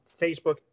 Facebook